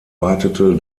weitete